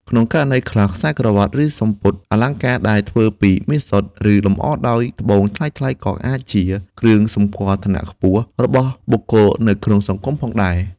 ក្នុងករណីខ្លះ ខ្សែក្រវាត់ ឬសំពត់អលង្ការដែលធ្វើពីមាសសុទ្ធ ឬលម្អដោយត្បូងថ្លៃៗ ក៏អាចជាគ្រឿងសម្គាល់ ឋានៈខ្ពស់ របស់បុគ្គលនៅក្នុងសង្គមផងដែរ។